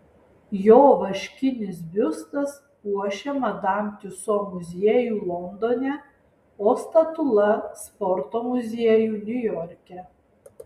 jo vaškinis biustas puošia madam tiuso muziejų londone o statula sporto muziejų niujorke